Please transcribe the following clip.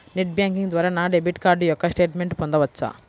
Net banking ద్వారా నా debit card యొక్క స్టేట్మెంట్ పొందవచ్చా?